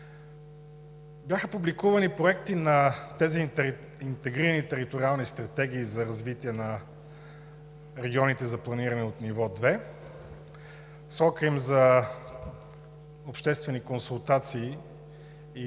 Бяха публикувани проекти на тези интегрирани териториални стратегии за развитие на регионите за планиране от ниво 2. Срокът им за обществени консултации и